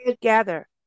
gather